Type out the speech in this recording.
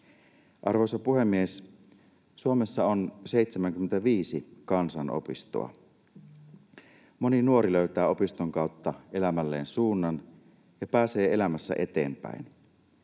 Arvoisa puhemies! Suomessa on 75 kansanopistoa. Moni nuori löytää opiston kautta elämälleen suunnan ja pääsee elämässä eteenpäin.